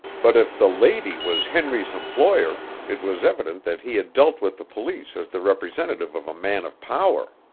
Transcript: but if the lady was henry's employer, it was evident that he had dealt with the police as the representative of a man of power.